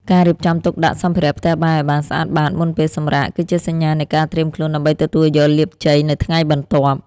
ការរៀបចំទុកដាក់សម្ភារៈផ្ទះបាយឱ្យបានស្អាតបាតមុនពេលសម្រាក គឺជាសញ្ញានៃការត្រៀមខ្លួនដើម្បីទទួលយកលាភជ័យនៅថ្ងៃបន្ទាប់។